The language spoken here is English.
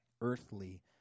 earthly